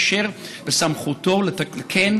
אשר בסמכותו לתקן,